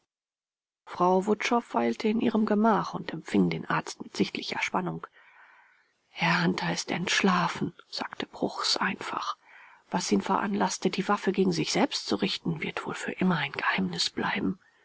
frau wutschow weilte in ihrem gemach und empfing den arzt mit sichtlicher spannung herr hunter ist entschlafen sagte bruchs einfach was ihn veranlaßte die waffe gegen sich selbst zu richten wird wohl für immer ein geheimnis bleiben